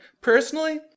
Personally